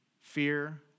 Fear